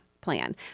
plan